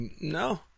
No